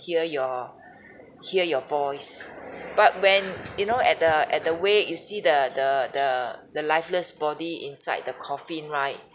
hear your hear your voice but when you know at the at the wake you see the the the the lifeless body inside the coffin right